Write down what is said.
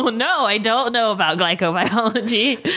um no, i don't know about glycobiology.